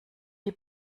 die